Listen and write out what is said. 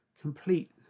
complete